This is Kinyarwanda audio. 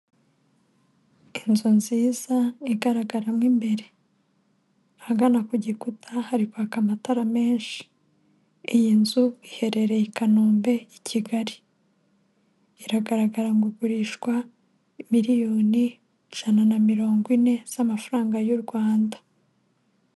Inzu nziza igaragaramo imbere, ahagana ku gikuta hari kwaka amatara menshi, iyi nzu iherereye i Kanombe i Kigali iragaragara ngo igurishwa miliyoni ijana na mirongo ine z'amafaranga y'u Rwanda.